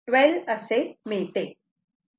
12 असे मिळते